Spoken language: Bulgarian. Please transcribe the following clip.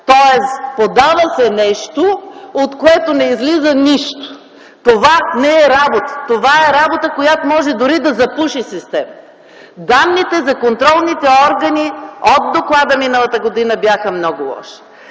Тоест подава се нещо, от което не излиза нищо. Това не е работа. Това е работа, която може дори да запуши системата. Данните за контролните органи от доклада миналата година бяха много лоши.